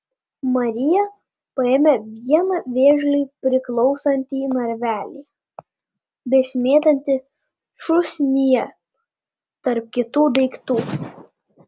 marija paėmė vieną vėžliui priklausantį narvelį besimėtantį šūsnyje tarp kitų daiktų